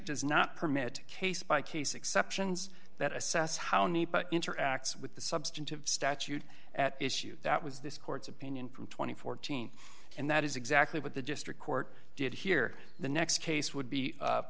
does not permit case by case exceptions that assess how need interacts with the substantive statute at issue that was this court's opinion from two thousand and fourteen and that is exactly what the district court did here the next case would be